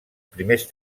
primers